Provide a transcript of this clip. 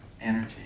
energy